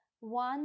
One